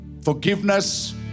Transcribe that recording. forgiveness